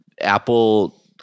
Apple